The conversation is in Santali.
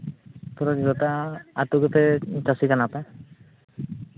ᱛᱩᱨᱩᱭ ᱜᱚᱴᱟᱝ ᱟᱹᱛᱩ ᱜᱮᱯᱮ ᱪᱟᱹᱥᱤ ᱠᱟᱱᱟ ᱯᱮ